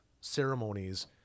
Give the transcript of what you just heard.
ceremonies